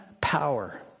power